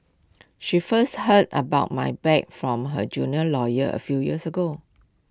she first heard about my bad from her junior lawyer A few years ago